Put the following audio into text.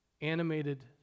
animated